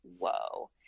whoa